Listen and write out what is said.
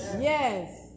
Yes